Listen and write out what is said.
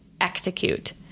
execute